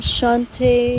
Shante